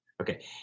Okay